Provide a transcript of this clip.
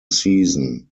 season